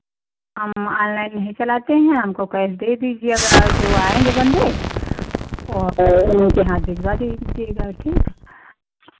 हाँ हम ऑनलाइन नहीं चलाते हैं हमको कैश दे दीजिए अगर जो आएँगे बंदे और उनके हाथ भिजवा दीजिएगा ठीक